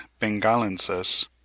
bengalensis